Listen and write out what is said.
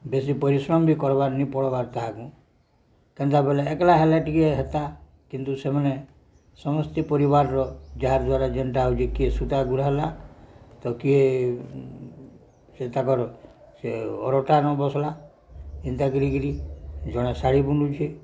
ବେଶୀ ପରିଶ୍ରମ ବି କର୍ବାର ନାଇଁ ପଡ଼୍ବାର୍ ତାହାକୁ କେନ୍ତା ବୋଲେ ଏକ୍ଲା ହେଲା ଟିକେ ହେତା କିନ୍ତୁ ସେମାନେ ସମସ୍ତେ ପରିବାରର ଯାହାଦ୍ୱାରା ଯେନ୍ତା ହେଉଛି କିଏ ସୁତା ବୁଣାଲା ତ କିଏ ସେ ତାଙ୍କର ସେ ଅରଟ ନେଇ ବସଲା ଏନ୍ତା କିିରିିକିରି ଜଣେ ଶାଢ଼ୀ ବୁଣୁଛେ